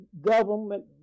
government